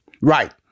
Right